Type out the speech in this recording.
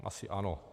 Asi ano.